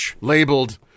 labeled